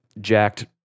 jacked